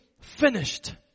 finished